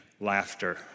laughter